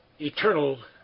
eternal